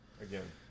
again